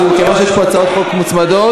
מכיוון שיש פה הצעות חוק מוצמדות,